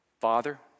Father